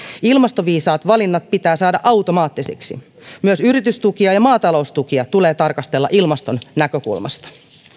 ilmastoviisaat valinnat pitää saada automaattisiksi myös yritystukia ja maataloustukia tulee tarkastella ilmaston näkökulmasta